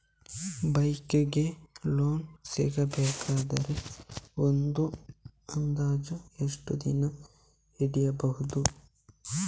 Bike ಗೆ loan ಸಿಗಬೇಕಾದರೆ ಒಂದು ಅಂದಾಜು ಎಷ್ಟು ದಿನ ಹಿಡಿಯಬಹುದು?